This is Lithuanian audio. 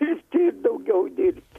dirbti daugiau dirbti